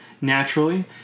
naturally